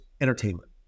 entertainment